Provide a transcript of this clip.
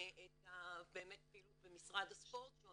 זה מה שכתוב בהחלטת